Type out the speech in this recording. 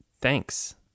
thanks